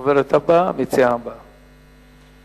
הדוברת הבאה, המציעה הבאה.